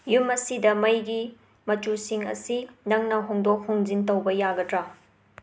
ꯌꯨꯝ ꯑꯁꯤꯗ ꯃꯩꯒꯤ ꯃꯆꯨꯁꯤꯡ ꯑꯁꯤ ꯅꯪꯅ ꯍꯣꯡꯗꯣꯛ ꯍꯣꯡꯖꯤꯟ ꯇꯧꯕ ꯌꯥꯒꯗ꯭ꯔ